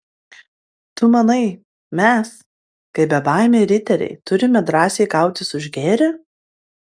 tu manai mes kaip bebaimiai riteriai turime drąsiai kautis už gėrį